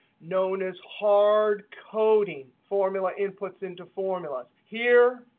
known as hard coding formula inputs into formulas. here,